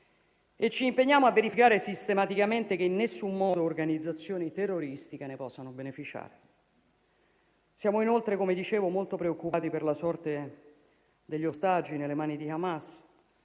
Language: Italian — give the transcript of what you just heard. e ci impegniamo a verificare sistematicamente che in nessun modo organizzazioni terroristiche ne possano beneficiare. Siamo, inoltre, come dicevo, molto preoccupati per la sorte degli ostaggi nelle mani di Hamas,